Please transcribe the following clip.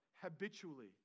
habitually